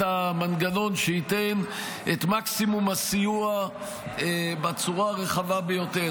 המנגנון שייתן את מקסימום הסיוע בצורה הרחבה ביותר.